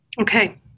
Okay